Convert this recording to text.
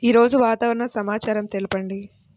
ఈరోజు వాతావరణ సమాచారం తెలుపండి